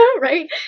right